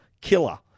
killer